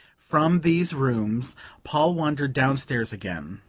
from these rooms paul wandered downstairs again.